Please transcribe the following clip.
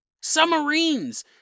Submarines